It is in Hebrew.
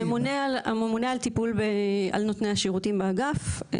הממונה על טיפול על נותני שירותי באגף.